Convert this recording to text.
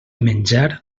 menjar